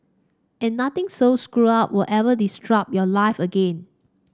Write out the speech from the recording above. and nothing so screwed up will ever disrupt your life again